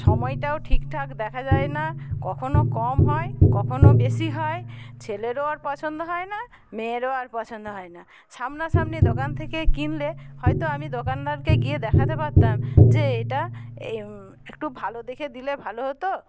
সময়টাও ঠিকঠাক দেখা যায় না কখনও কম হয় কখনও বেশি হয় ছেলেরও আর পছন্দ হয় না মেয়েরও আর পছন্দ হয় না সামনা সামনি দোকান থেকে কিনলে হয়তো আমি দোকানদারকে গিয়ে দেখাতে পারতাম যে এটা একটু ভালো দেখে দিলে ভালো হতো